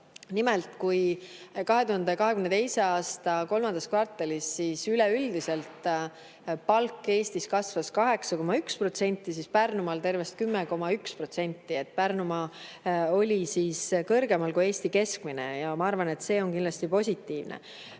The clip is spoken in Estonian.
Nimelt, kui 2022. aasta kolmandas kvartalis kasvas palk Eestis üleüldiselt 8,1%, siis Pärnumaal tervelt 10,1%. Pärnumaa oli seega kõrgemal kui Eesti keskmine ja ma arvan, et see on kindlasti positiivne. Teine